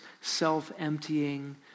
self-emptying